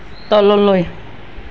তললৈ